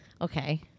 Okay